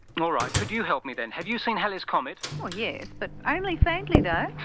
and alright, could you help me then? have you seen halley's comet? well yes, but only faintly though.